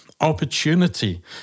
opportunity